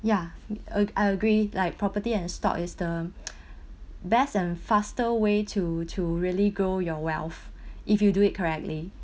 ya uh I agree like property and stock is the best and faster way to to really grow your wealth if you do it correctly